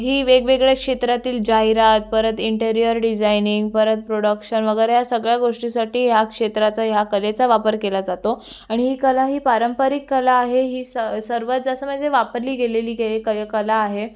ही वेगवेगळ्या क्षेत्रातील जाहिरात परत इंटेरिअर डिझाईनिंग परत प्रोडक्शन वगैरे या सगळ्या गोष्टीसाठी ह्या क्षेत्राचा ह्या कलेचा वापर केला जातो आणि ही कला ही पारंपरिक कला आहे ही स सर्वात जास्त म्हणजे वापरली गेलेली के ये कला आहे